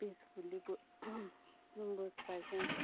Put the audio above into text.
peacefully बसपचें